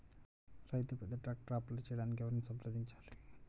రైతు పెద్ద ట్రాక్టర్కు అప్లై చేయడానికి ఎవరిని సంప్రదించాలి?